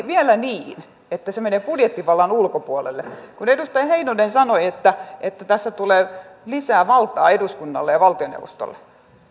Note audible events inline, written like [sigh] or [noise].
[unintelligible] vielä niin että se menee budjettivallan ulkopuolelle kun edustaja heinonen sanoi että että tässä tulee lisää valtaa eduskunnalle ja valtioneuvostolle